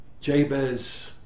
Jabez